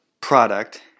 product